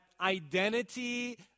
identity